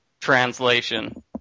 translation